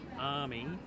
army